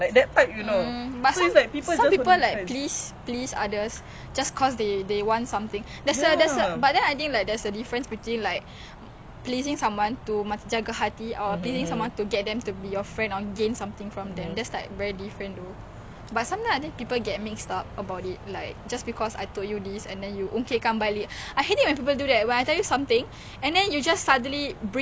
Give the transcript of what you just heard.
like just because I told you this and then you ungkitkan balik I hate it when people do that like when I tell you something and then you just suddenly bring it up again even though I did not mean it in that context macam apa ni bodoh like no like like I would say the younger generation that is cause